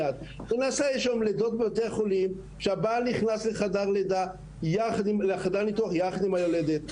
יש היום לידות בבתי חולים שבעל נכנס לחדר ניתוח יחד עם היולדת.